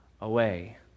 away